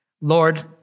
Lord